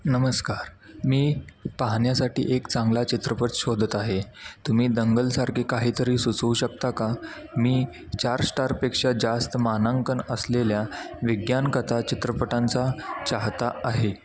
नमस्कार मी पाहण्यासाठी एक चांगला चित्रपट शोधत आहे तुम्ही दंगलसारखे काहीतरी सुचवू शकता का मी चार स्टारपेक्षा जास्त मानांकन असलेल्या विज्ञानकथा चित्रपटांचा चाहता आहे